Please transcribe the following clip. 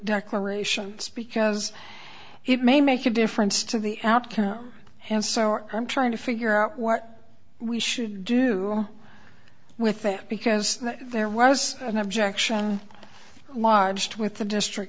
orations because it may make a difference to the outcome and so i'm trying to figure out what we should do with it because there was an objection large to with the district